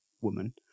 woman